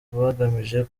bagamije